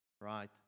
right